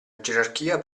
gerarchia